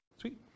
Sweet